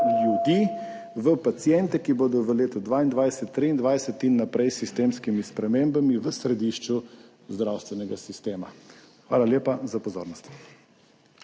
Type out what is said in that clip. ljudi, v paciente, ki bodo v letu 2022, 2023 in naprej s sistemskimi spremembami v središču zdravstvenega sistema. Hvala lepa za pozornost.